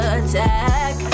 attack